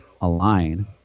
align